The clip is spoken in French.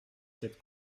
cette